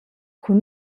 cun